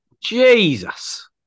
Jesus